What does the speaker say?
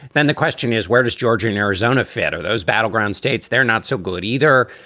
then the question is, where does georgia and arizona fit or those battleground states? they're not so good either.